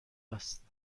است